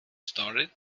started